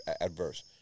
adverse